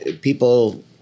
people